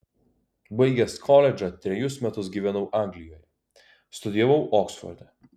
baigęs koledžą trejus metus gyvenau anglijoje studijavau oksforde